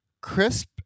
crisp